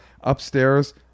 upstairs